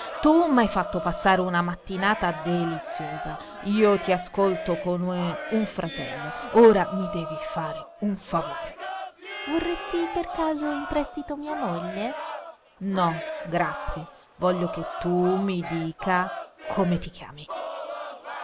tu m'hai fatto passare una mattinata deliziosa io ti ho accolto come un fratello ora mi devi fare un favore vorresti per caso in prestito mia moglie no grazie voglio che tu mi dica come ti chiami